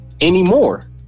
anymore